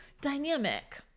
dynamic